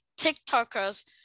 TikTokers